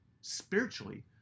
spiritually